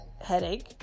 Headache